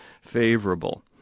favorable